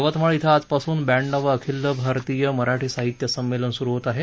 यवतमाळ क्रि आजपासून ब्याण्णवावं अखिल भारतीय मराठी साहित्य संमेलन सुरू होतं आहे